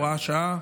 הוראת שעה),